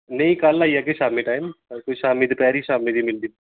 नेईं कल आई जाह्गे शामी टाइम अगर कोई शाम्मी दपैह्री शाम्मी दी मिलदी